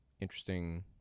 Interesting